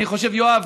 אני חושב, יואב,